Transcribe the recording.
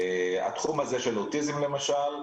התחום הזה של אוטיזם למשל,